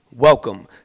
Welcome